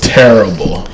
terrible